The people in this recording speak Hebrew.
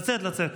לצאת, לצאת.